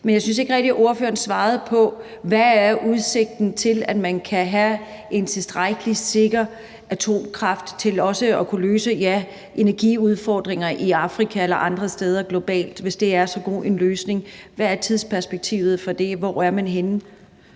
Men jeg synes ikke rigtig, ordføreren svarede på, hvad udsigten er for, at man kan have en tilstrækkelig sikker atomkraft til også at kunne løse energiudfordringer i Afrika eller andre steder globalt, hvis det er så god en løsning. Hvad er tidsperspektivet for det, og hvor er man henne?